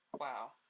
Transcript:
Wow